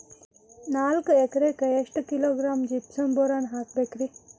ನಾಲ್ಕು ಎಕರೆಕ್ಕ ಎಷ್ಟು ಕಿಲೋಗ್ರಾಂ ಜಿಪ್ಸಮ್ ಬೋರಾನ್ ಹಾಕಬೇಕು ರಿ?